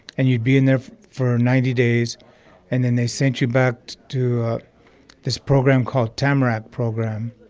and you'd be in there for ninety days and then they sent you back to this program called tamrat program.